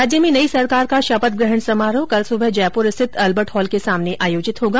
राज्य में नई सरकार का शपथग्रहण समारोह कल सुबह जयपुर स्थित अल्बर्ट हॉल के सामने आयोजित होगा